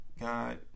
God